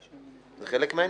זה חלק מהעניין.